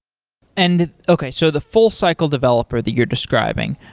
and okay. so the full cycle developer that you're describing,